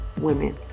women